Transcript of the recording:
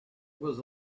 was